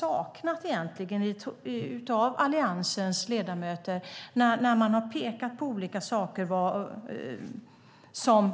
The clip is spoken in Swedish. Det jag egentligen saknat från Alliansens ledamöter när det pekats på olika saker som